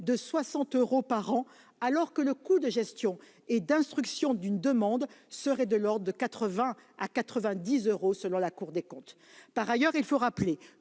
de 60 euros par an, alors que le coût de gestion et d'instruction d'une demande serait de l'ordre de 80 à 90 euros selon la Cour des comptes. Par ailleurs, il faut le rappeler,